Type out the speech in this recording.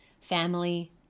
family